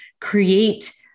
create